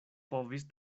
povis